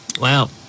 wow